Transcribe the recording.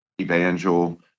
Evangel